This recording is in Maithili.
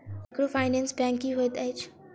माइक्रोफाइनेंस बैंक की होइत अछि?